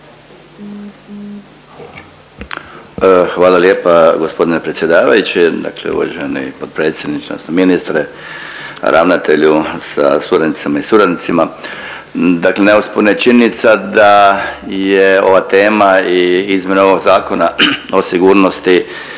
Hvala lijepa g. predsjedavajući, dakle uvaženi potpredsjedniče odnosno ministre, ravnatelju sa suradnicama i suradnicima. Dakle neosporna je činjenica da je ova tema i izmjena ovog Zakona o sigurnosti